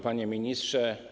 Panie Ministrze!